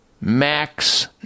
Max